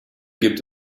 gibt